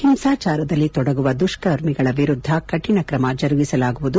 ಹಿಂಸಾಜಾರದಲ್ಲಿ ತೊಡಗುವ ದುಷ್ಕರ್ಮಿಗಳ ವಿರುದ್ದ ಕಠಿಣ ಕ್ರಮ ಜರುಗಿಸಲಾಗುವುದು